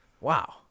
Wow